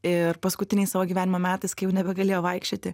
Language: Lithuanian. ir paskutiniais savo gyvenimo metais kai jau nebegalėjo vaikščioti